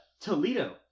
Toledo